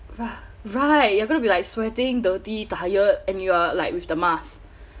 !wah! right you're going to be like sweating dirty tired and you're like with the mask